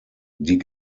die